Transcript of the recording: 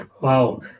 wow